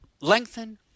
lengthen